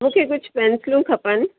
मूंखे कुझु पेंसिलूं खपनि